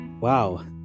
Wow